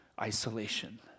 isolation